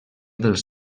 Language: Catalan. dels